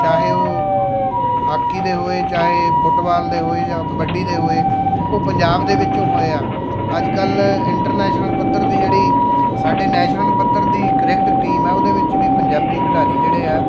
ਚਾਹੇ ਉਹ ਹਾਕੀ ਦੇ ਹੋਏ ਚਾਹੇ ਫੁੱਟਬਾਲ ਦੇ ਹੋਏ ਜਾਂ ਕਬੱਡੀ ਦੇ ਹੋਏ ਉਹ ਪੰਜਾਬ ਦੇ ਵਿੱਚੋਂ ਹੋਏ ਆ ਅੱਜ ਕੱਲ੍ਹ ਇੰਟਰਨੈਸ਼ਨਲ ਪੱਧਰ ਦੀ ਜਿਹੜੀ ਸਾਡੇ ਨੈਸ਼ਨਲ ਪੱਧਰ ਦੀ ਕ੍ਰਿਕਟ ਟੀਮ ਹੈ ਉਹਦੇ ਵਿੱਚ ਵੀ ਪੰਜਾਬੀ ਖਿਡਾਰੀ ਜਿਹੜੇ ਹੈ